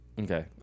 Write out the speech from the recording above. Okay